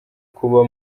kuba